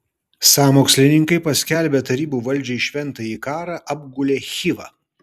sąmokslininkai paskelbę tarybų valdžiai šventąjį karą apgulė chivą